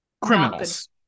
Criminals